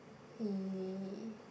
he